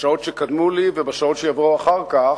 בשעות שקדמו ובשעות שיבואו אחר כך,